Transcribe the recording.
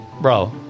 bro